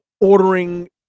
ordering